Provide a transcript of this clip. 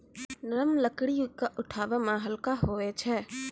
नरम लकड़ी क उठावै मे हल्का होय छै